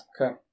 Okay